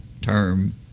term